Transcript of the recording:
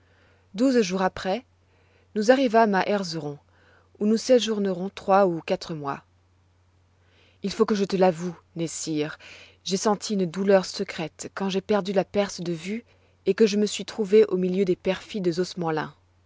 douze jours après nous arrivâmes à erzeron où nous séjournerons trois ou quatre mois il faut que je te l'avoue nessir j'ai senti une douleur secrète quand j'ai perdu la perse de vue et que je me suis trouvé au milieu des perfides